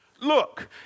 Look